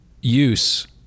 use